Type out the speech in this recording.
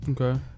okay